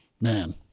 man